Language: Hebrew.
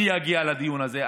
אני אגיע לדיון הזה,